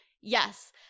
Yes